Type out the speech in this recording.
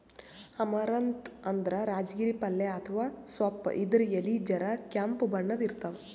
amaranth ಅಂದ್ರ ರಾಜಗಿರಿ ಪಲ್ಯ ಅಥವಾ ಸೊಪ್ಪ್ ಇದ್ರ್ ಎಲಿ ಜರ ಕೆಂಪ್ ಬಣ್ಣದ್ ಇರ್ತವ್